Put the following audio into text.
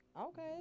okay